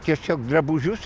tiesiog drabužius